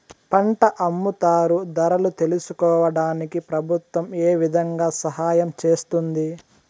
పంట అమ్ముతారు ధరలు తెలుసుకోవడానికి ప్రభుత్వం ఏ విధంగా సహాయం చేస్తుంది?